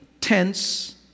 tense